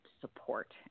support